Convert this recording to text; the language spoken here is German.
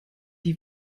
die